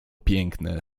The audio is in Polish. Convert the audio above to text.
piękne